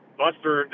buster